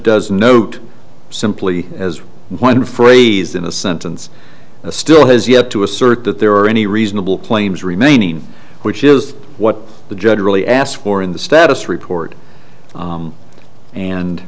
does note simply as one phrase in a sentence still has yet to assert that there are any reasonable claims remaining which is what the judge really asked for in the status report